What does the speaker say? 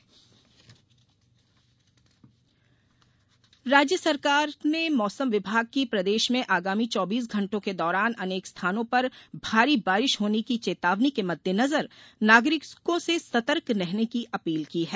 मौसम बारिश राज्य सरकार ने मौसम विभाग की प्रदेश में आगामी चौबीस घंटों के दौरान अनेक स्थानों पर भारी बारिश होने की चेतावनी के मद्देनजर नागरिकों से सतर्क रहने की अपील की है